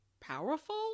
powerful